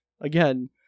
again